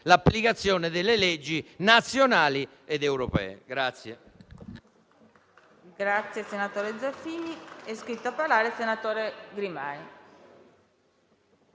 l'applicazione delle leggi nazionali ed europee.